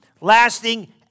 lasting